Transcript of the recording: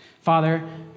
Father